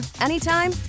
anytime